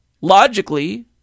logically